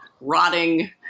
rotting